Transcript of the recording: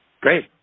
Great